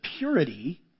purity